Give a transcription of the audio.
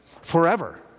Forever